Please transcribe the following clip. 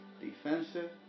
defensive